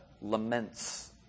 Laments